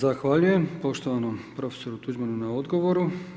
Zahvaljujem poštovanom profesoru Tuđmanu na odgovoru.